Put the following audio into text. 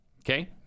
Okay